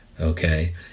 Okay